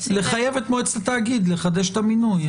לחייב את מועצת התאגיד לחדש את המינוי.